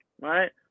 right